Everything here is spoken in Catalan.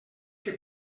que